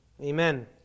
Amen